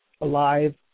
alive